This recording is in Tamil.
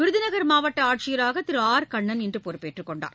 விருதுநகர் மாவட்ட ஆட்சியராக திரு ஆர் கண்ணன் இன்று பொறுப்பேற்றுக் கொண்டார்